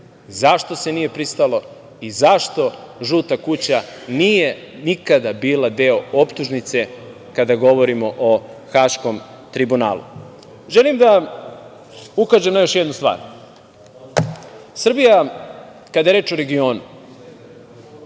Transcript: Zašto se nije pristalo i zašto „žuta kuća“ nije nikada bila deo optužnice kada govorimo o Haškom tribunalu? Želim da ukažem na još jednu stvar. Srbija, kada je reč o regionu,